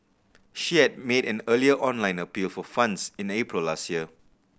she had made an earlier online appeal for funds in April last year